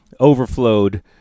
overflowed